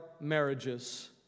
marriages